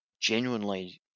genuinely